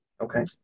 okay